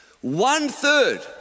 One-third